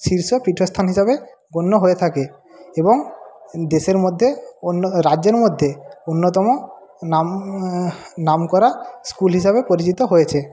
শীর্ষ পীঠস্থান হিসাবে গণ্য হয়ে থাকে এবং দেশের মধ্যে রাজ্যের মধ্যে অন্যতম নাম নামকরা স্কুল হিসাবে পরিচিত হয়েছে